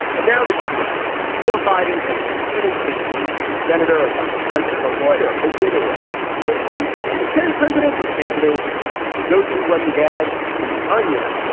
and now the spiel joe biden has been many things in life a senator or vice president a lawyer a widower and many many many term presidential candidate a go to running gag in the onion.